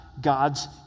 God's